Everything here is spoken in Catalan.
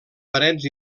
parets